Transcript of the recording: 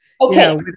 Okay